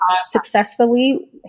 successfully